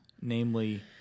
namely